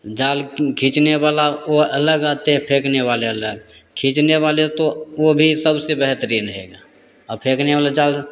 जाल खींचने वाला वो अलग आता है फेंकने वाले अलग खींचने वाले तो वो भी सबसे बेहतरीन रहेगा और फेंकने वाला जाल